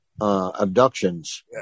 abductions